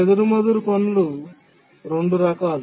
చెదురుమదురు పనులు 2 రకాలు